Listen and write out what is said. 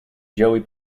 joey